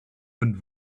und